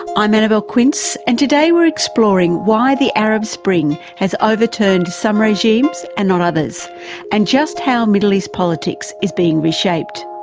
i'm annabelle quince and today we're exploring why the arab spring has overturned some regimes and not others and just how middle east politics is being reshaped.